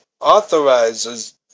authorizes